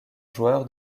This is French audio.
joueur